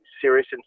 serious